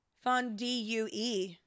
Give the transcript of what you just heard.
Fondue